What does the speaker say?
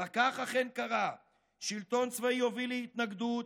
וכך אכן קרה, שלטון צבאי הוביל להתנגדות,